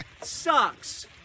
Sucks